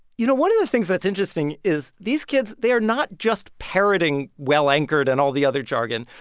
you know, one of the things that's interesting is these kids they are not just parroting well-anchored and all the other jargon.